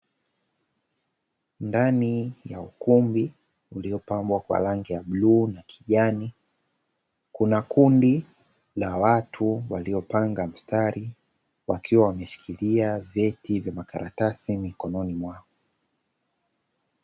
Ndani ya ukumbi uliopambwa kwa rangi ya bluu na kijani, kuna kundi la watu waliopanga mstari wakiwa wameshikilia vyeti vya makaratasi mikononi mwao.